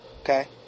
Okay